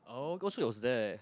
oh so it was there